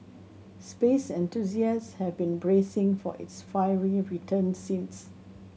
space enthusiasts have been bracing for its fiery return since